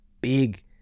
big